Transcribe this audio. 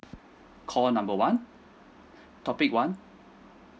call number one topic one